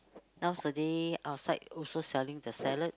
nowadays outside also selling the salad